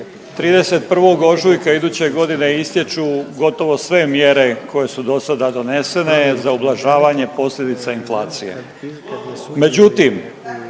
31. ožujka iduće godine istječu gotovo sve mjere koje su do sada donesene za ublažavanje posljedica inflacije.